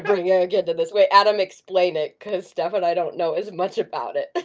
bring eric into this, wait, adam, explain it cause steph and i don't know as much about it.